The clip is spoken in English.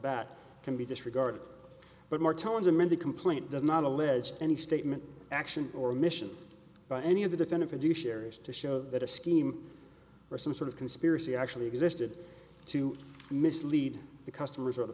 bat can be disregarded but more telling them in the complaint does not allege any statement action or mission by any of the defendant or do sherry's to show that a scheme or some sort of conspiracy actually existed to mislead the customers or the